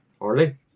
early